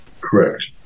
Correct